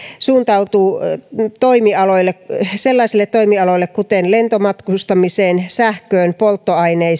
suuntautuu sellaisille toimialoille kuten lentomatkustaminen sähkö polttoaineet